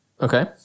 Okay